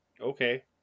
okay